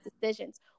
decisions